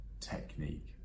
technique